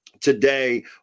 today